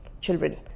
children